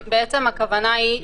לפני שאתם מציגים,